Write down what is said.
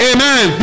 Amen